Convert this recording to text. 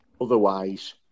otherwise